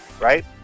right